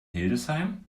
hildesheim